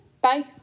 Bye